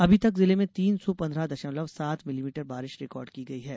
अभी तक जिले में तीन सौ पंद्रह दशमलव सात मिलीमीटर बारिश रिकॉर्ड की गई है